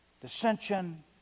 dissension